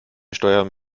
steuern